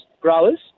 Growers